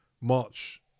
March